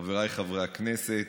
חבריי חברי הכנסת,